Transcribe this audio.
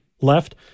left